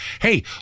Hey